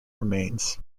remains